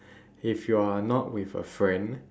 if you are not with a friend